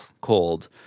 cold